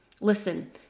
Listen